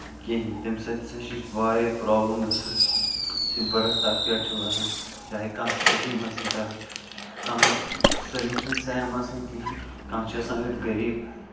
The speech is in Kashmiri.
کِہِنۍ تَمہِ سۭتۍ ہسا چھِ اَسہِ واریاہ پروبلِم گژھان یُس یہِ بٔرٕتھ سٔرٹِفِکیٹ چھےٚ آسان چاہے کانہہ تہِ سِکیٖم ٲسِنۍ تَران کانہہ ٲسِنۍ سٲلِم چھِنہٕ سیم آسان کِہینۍ کانہہ چھِ آسان أڑۍ غریٖب